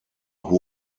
who